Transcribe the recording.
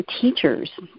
teachers